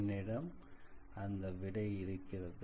என்னிடம் அந்த விடை இருக்கிறது